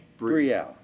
Brielle